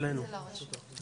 אפרת?